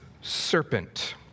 serpent